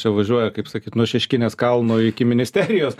čia važiuoja kaip sakyt nuo šeškinės kalno iki ministerijos